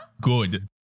good